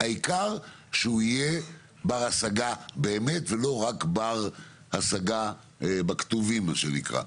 העיקר שהוא יהיה בר השגה באמת ולא רק בר השגה בכתובים מה שנקרא.